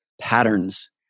patterns